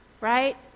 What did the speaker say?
Right